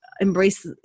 embrace